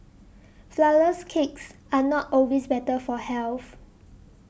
Flourless Cakes are not always better for health